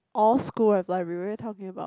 all school have library what are you talking about